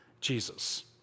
Jesus